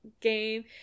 game